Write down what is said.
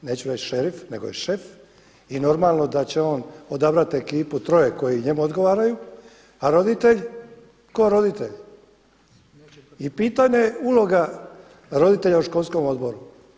Neću reći šerif, nego je šef i normalno da će on odabrati ekipu troje koji njemu odgovaraju, a roditelj kao roditelj i pitanje je uloga roditelja u školskom odboru.